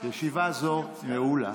ישיבה זו נעולה.